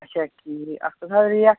اچھا ٹھیٖک اَتھ کۭژا حظ ریٹ